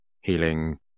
healing